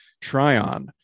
tryon